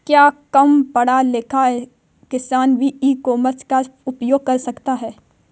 क्या कम पढ़ा लिखा किसान भी ई कॉमर्स का उपयोग कर सकता है?